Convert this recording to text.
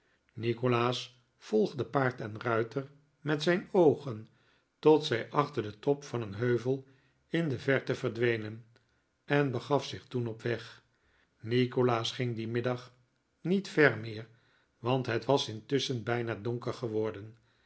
nikolaas volgde paard en ruiter met zijn oogen tot zij achter den top van een heuvel in de verte verwenen en begaf zich toen op weg nikolaas ging dien middag niet ver meer want het was intusschen bijna donker geworden